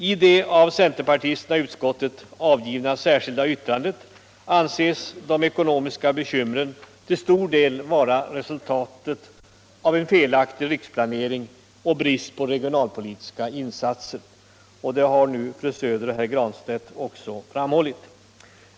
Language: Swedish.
I det av centerpartisterna i utskottet avgivna särskilda yttrandet anses de ekonomiska bekymren till stor del vara resultatet av en felaktig riksplanering och bristande regionalpolitiska insatser. Det har nu fru Söder och herr Granstedt också framhållit.